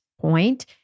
point